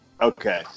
Okay